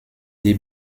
die